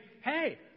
hey